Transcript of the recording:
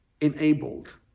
enabled